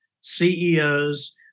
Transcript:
CEOs